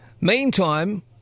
Meantime